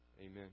Amen